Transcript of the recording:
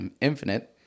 infinite